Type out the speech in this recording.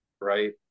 right